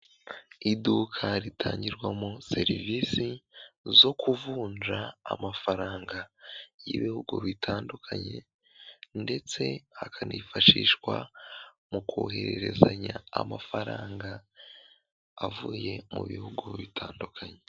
Iduka ritangirwamo serivisi zo kuvunja amafaranga y'ibihugu bitandukanye ndetse hakanifashishwa mu kohererezanya amafaranga avuye mu bihugu bitandukanye.